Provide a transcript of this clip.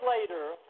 later